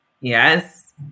Yes